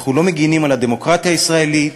אנחנו לא מגינים על הדמוקרטיה הישראלית,